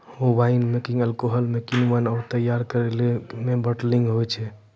wine making alcohol म किण्वन आरु तैयार तरल केरो बाटलिंग होय छै